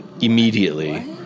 immediately